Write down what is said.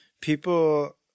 People